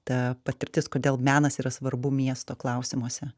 ta patirtis kodėl menas yra svarbu miesto klausimuose